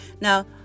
Now